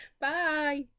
Bye